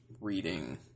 reading